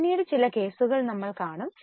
പിന്നീട് ചില കേസുകൾ നമ്മൾ കാണും